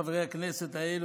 חברי הכנסת האלה,